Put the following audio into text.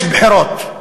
יש בחירות.